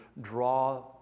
draw